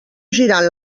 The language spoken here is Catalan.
girant